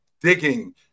digging